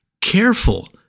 careful